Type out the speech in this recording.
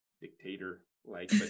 dictator-like